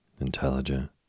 intelligent